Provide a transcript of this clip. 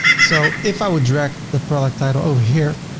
so if i would drag the product title over here,